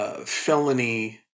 felony